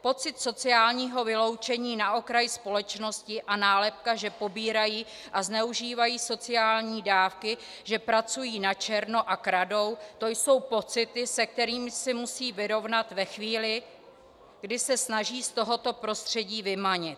Pocit sociálního vyloučení na okraji společnosti a nálepka, že pobírají a zneužívají sociální dávky, že pracují načerno a kradou to jsou pocity, se kterými se musí vyrovnat ve chvíli, kdy se snaží z tohoto prostředí vymanit.